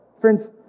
Friends